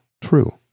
true